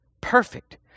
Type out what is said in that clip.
perfect